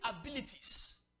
abilities